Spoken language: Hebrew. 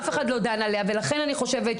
אף אחד לא דן עליה ולכן אני חושבת,